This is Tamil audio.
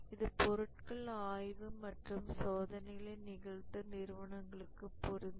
இது பொருட்கள் ஆய்வு மற்றும் சோதனைகளை நிகழ்த்தும் நிறுவனங்களுக்கு பொருந்தும்